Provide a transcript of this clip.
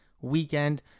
weekend